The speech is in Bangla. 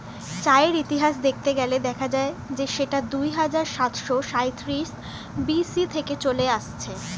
চায়ের ইতিহাস দেখতে গেলে দেখা যায় যে সেটা দুহাজার সাতশো সাঁইত্রিশ বি.সি থেকে চলে আসছে